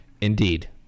Indeed